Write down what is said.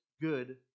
good